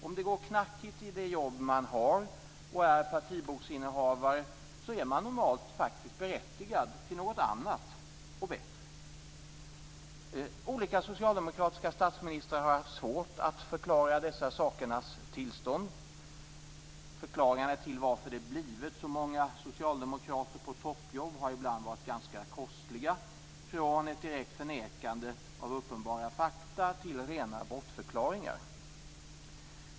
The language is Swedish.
Om det går knackigt i det jobb man har och man är partiboksinnehavare är man normalt berättigad till något annat och bättre. Olika socialdemokratiska statsministrar har haft svårt att förklara dessa sakernas tillstånd. Förklaringarna till varför det blivit så många socialdemokrater på toppjobb har ibland varit ganska kostliga, från ett förnekande att uppenbara fakta till rena bortförklaringar.